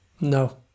No